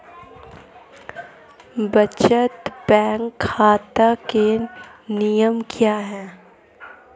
बचत बैंक खाता के नियम क्या हैं?